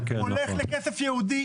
הוא הולך לכסף ייעודי,